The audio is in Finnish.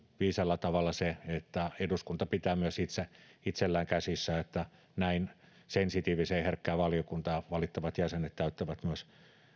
viisaalla tavalla se että eduskunta pitää myös itsellään käsissä että näin sensitiiviseen ja herkkään valiokuntaan valittavat jäsenet täyttävät myös